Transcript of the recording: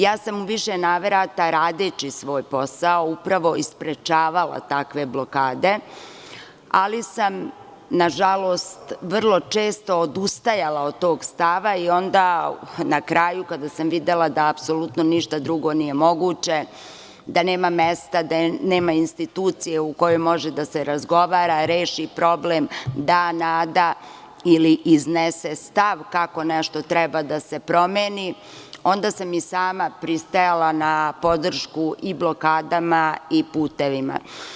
Ja sam u više navrata, radeći svoj posao, upravo i sprečavala takve blokade, ali sam, nažalost, vrlo često odustajala od tog stava i onda na kraju, kada sam videla da apsolutno ništa drugo nije moguće, da nema mesta, da nema institucije u kojoj može da se razgovara, reši problem, da nada ili iznese stav kako nešto treba da se promeni, onda sam i sama pristajala na podršku i blokadama i putevima.